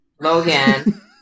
Logan